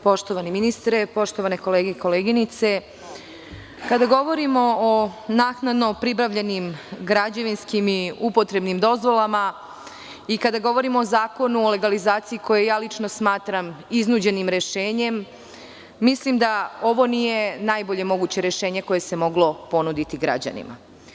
Poštovani ministre, poštovane kolege i koleginice, kada govorimo o naknadno pribavljenim građevinskim i upotrebnim dozvolama i kada govorimo o Zakonu o legalizaciji, koji ja lično smatram iznuđenim rešenjem, mislim da ovo nije najbolje moguće rešenje koje se moglo ponuditi građanima.